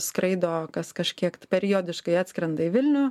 skraido kas kažkiek periodiškai atskrenda į vilnių